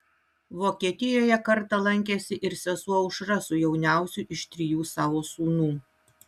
vokietijoje kartą lankėsi ir sesuo aušra su jauniausiu iš trijų savo sūnų